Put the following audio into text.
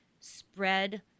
spread